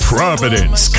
Providence